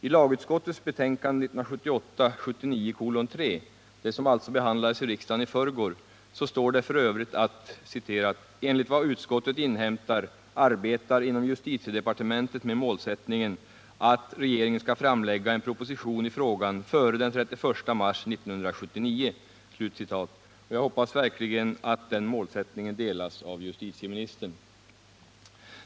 I lagutskottets betänkande 1978/79:3, det som alltså behandlades i riksdagen i förrgår, står det f. ö.: ”Enligt vad utskottet inhämtat arbetar man inom justitiedepartementet med målsättningen att regeringen skall framlägga en proposition i frågan före den 31 mars 1979.” Jag hoppas verkligen att den målsättningen delas av justitieministern.